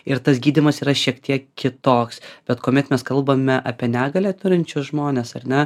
ir tas gydymas yra šiek tiek kitoks bet kuomet mes kalbame apie negalią turinčius žmones ar ne